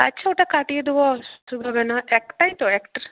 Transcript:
আচ্ছা ওটা কাটিয়ে দেবো না একটাই তো একটা